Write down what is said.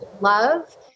love